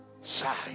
side